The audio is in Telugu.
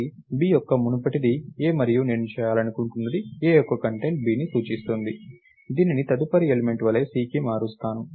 కాబట్టి b యొక్క మునుపటిది a మరియు నేను చేయాలనుకుంటున్నది a యొక్క కంటెంట్ b ని సూచిస్తుంది దీనిని తదుపరి ఎలిమెంట్ వలె cకి మారుస్తాను